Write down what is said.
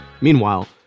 Meanwhile